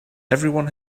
everyone